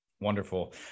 Wonderful